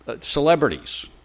celebrities